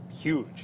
huge